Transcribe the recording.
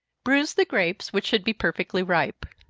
bruise the grapes, which should be perfectly ripe.